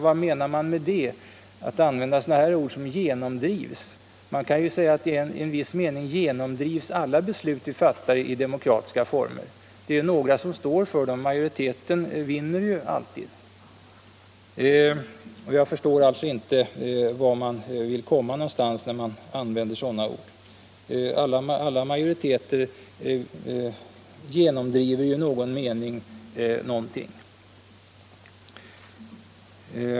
Vad menar man med att använda sådana ord som ”genomdrivs”? I viss mening genomdrivs alla beslut vi fattar i demokratiska former. Det är några som står för dem; majoriteten vinner ju alltid. Jag förstår alltså inte vart man vill komma när man använder sådana ord. Alla majoriteter genomdriver ju någonting.